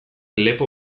lepo